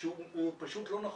שהוא פשוט לא נכון.